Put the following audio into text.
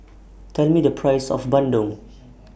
Tell Me The Price of Bandung